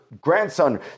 grandson